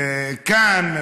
כאן,